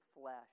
flesh